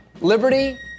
liberty